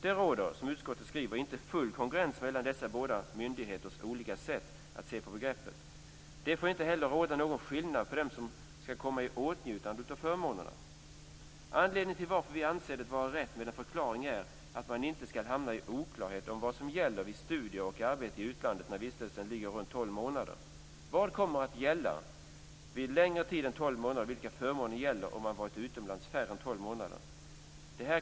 Det råder, som utskottet skriver, inte full kongruens mellan dessa båda myndigheters olika sätt att se på begreppet. Det får inte heller råda någon skillnad när det gäller dem som ska komma i åtnjutande av förmånerna. Anledningen till att vi anser det vara rätt med en förklaring är att man inte ska hamna i oklarhet om vad som gäller vid studier och arbete i utlandet när vistelsen ligger runt tolv månader. Vad kommer att gälla vid längre tid än tolv månader, och vilka förmåner gäller om man varit utomlands färre än tolv månader?